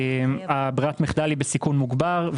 ברירת המחדל היא בסיכון מוגבר,